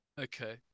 Okay